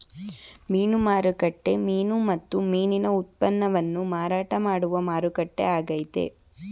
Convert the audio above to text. ಮೀನು ಮಾರುಕಟ್ಟೆ ಮೀನು ಮತ್ತು ಮೀನಿನ ಉತ್ಪನ್ನವನ್ನು ಮಾರಾಟ ಮಾಡುವ ಮಾರುಕಟ್ಟೆ ಆಗೈತೆ